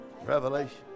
revelation